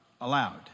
allowed